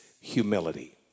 humility